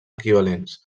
equivalents